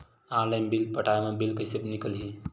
Online bill पटाय मा bill कइसे निकलही?